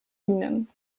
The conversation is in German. dienen